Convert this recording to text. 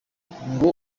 ngo